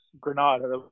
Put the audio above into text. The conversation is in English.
Granada